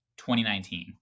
2019